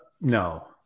No